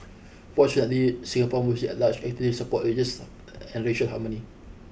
fortunately Singapore Muslims at large actively support religious and racial harmony